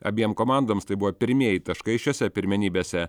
abiem komandoms tai buvo pirmieji taškai šiose pirmenybėse